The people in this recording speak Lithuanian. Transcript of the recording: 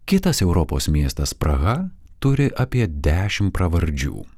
kitas europos miestas praha turi apie dešim pravardžių